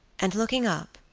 and looking up,